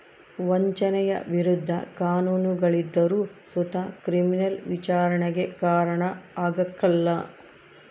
ವಂಚನೆಯ ವಿರುದ್ಧ ಕಾನೂನುಗಳಿದ್ದರು ಸುತ ಕ್ರಿಮಿನಲ್ ವಿಚಾರಣೆಗೆ ಕಾರಣ ಆಗ್ಕಲ